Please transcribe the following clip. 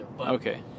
Okay